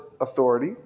authority